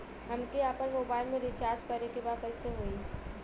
हमके आपन मोबाइल मे रिचार्ज करे के बा कैसे होई?